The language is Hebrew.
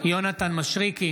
יונתן מישרקי,